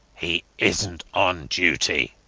he isnt on duty.